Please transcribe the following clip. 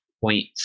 point